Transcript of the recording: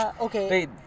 okay